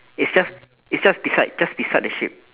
it's just it's just beside just beside the sheep